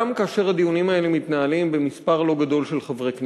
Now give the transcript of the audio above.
גם כאשר הדיונים האלה מתנהלים במספר לא גדול של חברי כנסת.